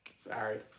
Sorry